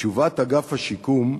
תשובת אגף השיקום,